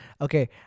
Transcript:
Okay